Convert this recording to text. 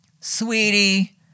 Sweetie